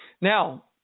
Now